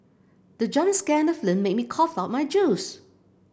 the jump scare in the film made me cough out my juice